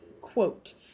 quote